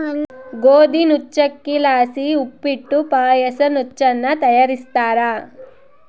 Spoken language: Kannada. ಗೋದಿ ನುಚ್ಚಕ್ಕಿಲಾಸಿ ಉಪ್ಪಿಟ್ಟು ಪಾಯಸ ನುಚ್ಚನ್ನ ತಯಾರಿಸ್ತಾರ